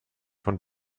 von